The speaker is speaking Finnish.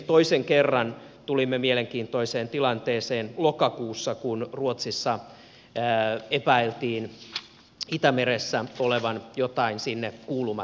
toisen kerran tulimme mielenkiintoiseen tilanteeseen lokakuussa kun ruotsissa epäiltiin itämeressä olevan jotain sinne kuulumatonta